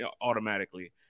automatically